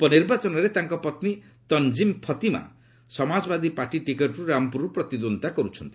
ଉପନିର୍ବାଚନରେ ତାଙ୍କ ପତ୍ନୀ ତନ୍ଜିମ୍ ଫତିମା ସମାଜବାଦୀ ପାର୍ଟି ଟିକଟରୁ ରାମପୁରରୁ ପ୍ରତିଦ୍ୱନ୍ଦ୍ୱିତା କରୁଛନ୍ତି